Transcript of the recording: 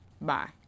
Bye